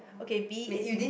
okay B is